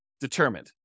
determined